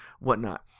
whatnot